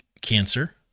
cancer